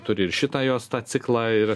turi ir šitą jos tą ciklą ir